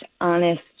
honest